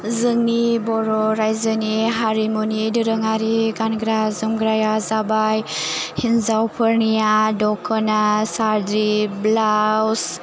जोंनि बर' रायजोनि हारिमुनि दोरोङारि गानग्रा जोमग्राया जाबाय हिन्जावफोरनिया दख'ना साद्रि ब्लाउस